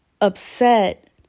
upset